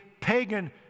pagan